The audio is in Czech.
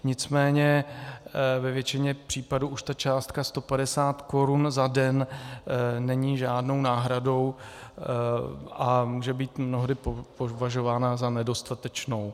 Nicméně ve většině případů už ta částka 150 korun za den není žádnou náhradou a může být mnohdy považována za nedostatečnou.